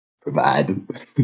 provide